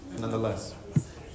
nonetheless